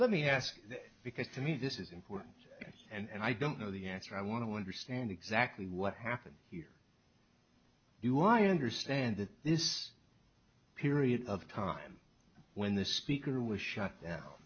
let me ask because to me this is important and i don't know the answer i want to understand exactly what happened here do i understand that this period of time when the speaker was shut down